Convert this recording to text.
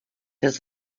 his